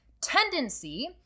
Tendency